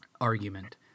argument